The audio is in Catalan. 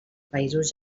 països